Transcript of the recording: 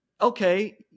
okay